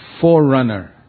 forerunner